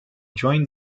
joined